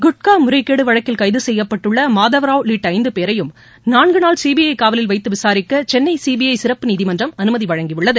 குட்கா முறைகேடு வழக்கில் கைது செய்யப்பட்டுள்ள மாதவராவ் உள்ளிட்ட ஐந்து பேரையும் நான்கு நாள் சிபிஐ காவலில் வைத்து விசாரிக்க சென்னை சிபிஐ சிறப்பு நீதிமன்றம் அனுமதி வழங்கியுள்ளது